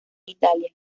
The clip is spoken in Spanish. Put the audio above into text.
italia